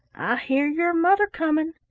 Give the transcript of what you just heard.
hear your mother coming.